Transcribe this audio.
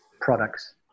products